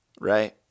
Right